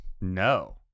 no